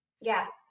Yes